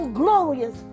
glorious